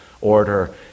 order